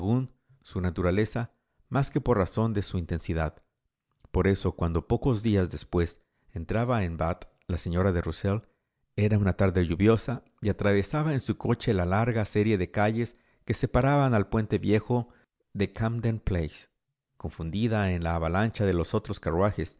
su naturaleza más que por razón de su intensidad por eso cuando pocos días después entraba en bath la señora de rusell en una tarde lluviosa y atravesaba en su coche la larga serie de calles que separan al puente viejo de camden place confundida en la avalancha de los otros carruajes